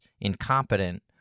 incompetent